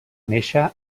néixer